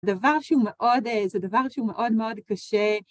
זה דבר שהוא מאוד קשה.